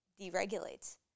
deregulates